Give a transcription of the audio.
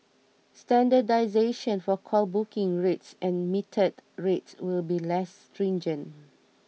standardisation for call booking rates and metered rates will be less stringent